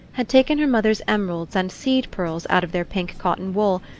had taken her mother's emeralds and seed-pearls out of their pink cotton-wool,